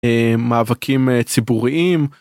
מאבקים ציבוריים.